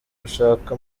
gushaka